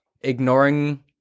ignoring